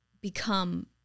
become